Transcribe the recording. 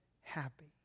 happy